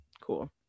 Cool